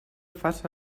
faça